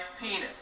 penis